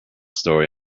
story